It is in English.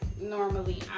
normally